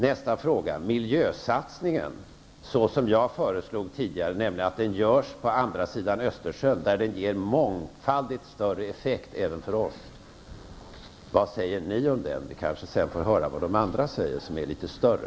Nästa fråga: Miljösatsningen så som jag föreslog tidigare, nämligen att den görs på andra sidan Östersjön, där den ger mångfaldigt större effekt även för oss, vad säger ni om den? Jag kanske sedan får höra vad de andra säger som är litet större.